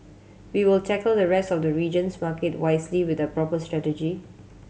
we will tackle the rest of the region's market wisely with a proper strategy